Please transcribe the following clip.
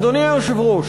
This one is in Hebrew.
אדוני היושב-ראש,